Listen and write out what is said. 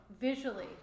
visually